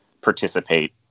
participate